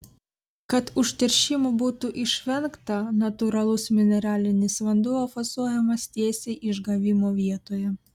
kad užteršimo būtų išvengta natūralus mineralinis vanduo fasuojamas tiesiai išgavimo vietoje